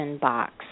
box